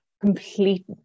complete